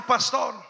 Pastor